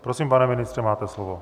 Prosím, pane ministře, máte slovo.